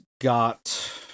got